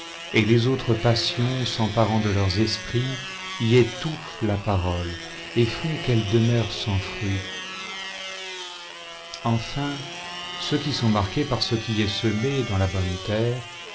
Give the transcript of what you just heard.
et les autres passions s'emparant de leurs esprits y étouffent la parole et font qu'elle demeure sans fruit enfin ceux qui sont zrqués par ce qui est semé dans la bonne terre